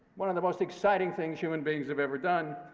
one of the most exciting things human beings have ever done,